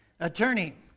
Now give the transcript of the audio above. Attorney